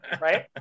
Right